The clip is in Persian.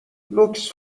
لوکس